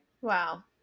Wow